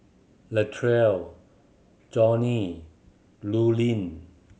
Latrell Johny Lurline